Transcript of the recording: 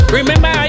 remember